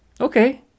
Okay